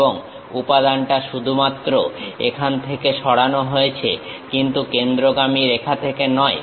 এবং উপাদানটা শুধুমাত্র এখান থেকে সরানো হয়েছে কিন্তু কেন্দ্রগামী রেখা থেকে নয়